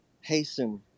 hasten